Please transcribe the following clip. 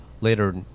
later